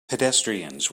pedestrians